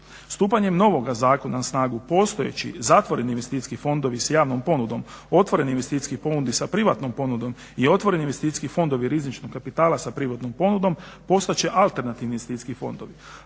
Stupanjem novoga zakona na snagu postojeći zatvoreni investicijski fondovi s javnom ponudom, otvoreni investicijski fondovi sa privatnom ponudom i otvoreni investicijski fondovi rizičnog kapitala sa privatnom ponudom postat će alternativni investicijski fondovi.